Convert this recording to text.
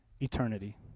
Eternity